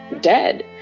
dead